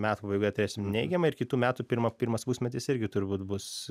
metų pabaigoje turėsim neigiamą ir kitų metų pirmą pirmas pusmetis irgi turbūt bus